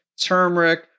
turmeric